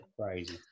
crazy